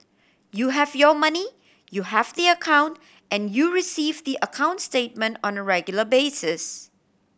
you have your money you have the account and you receive the account statement on a regular basis